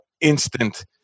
instant